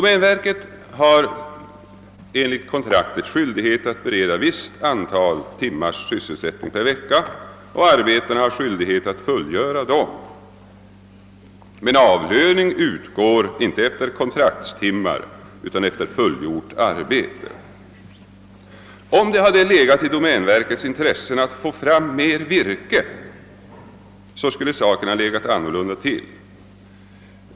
Domänverket har enligt kontraktet skyldighet att bereda arbetarna ett visst antal sysselsättningstimmar per vecka, och arbetarna har skyldighet att fullgöra de timmarna. Men avlöning utgår inte efter kontraktstimmar utan efter fullgjort arbete. Om det hade varit i domänverkets intresse att få fram mera virke, skulle saken ha legat annorlunda till.